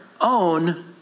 own